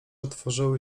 otworzyły